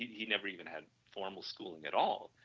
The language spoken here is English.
he never even had formal schooling at all,